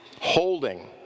Holding